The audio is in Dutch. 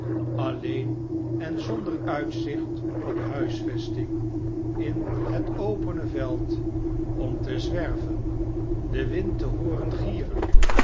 alleen en zonder uitzicht op huisvesting in het opene veld om te zwerven den wind te hooren gieren